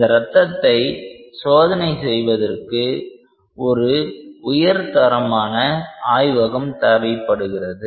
அந்த ரத்தத்தை சோதனை செய்வதற்கு ஒரு உயர்தரமான ஆய்வகம் தேவைப்படுகிறது